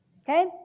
Okay